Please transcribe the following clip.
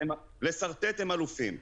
-- לשרטט הם אלופים -- מכובדי,